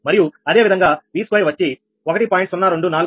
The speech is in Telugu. మరియు అదే విధంగా V2 వచ్చి 1